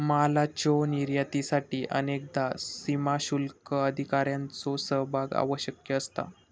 मालाच्यो निर्यातीसाठी अनेकदा सीमाशुल्क अधिकाऱ्यांचो सहभाग आवश्यक असता